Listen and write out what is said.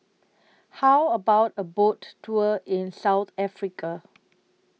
How about A Boat Tour in South Africa